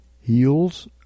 heals